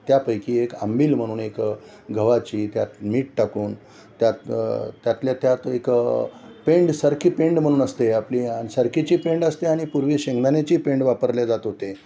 त्यापैकी एक आंबिल म्हणून एक गव्हाची त्यात मीठ टाकून त्यात त्यातल्या त्यात एक पेंड सरकी पेंड म्हणून असते आपली सरकेची पेंड असते आणि पूर्वी शेंगदाण्याची पेंड वापरली जात होते